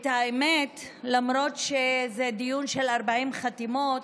למרות שזה דיון של 40 חתימות,